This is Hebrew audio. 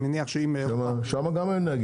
גם שם אין נהגים.